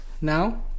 now